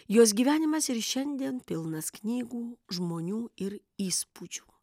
jos gyvenimas ir šiandien pilnas knygų žmonių ir įspūdžių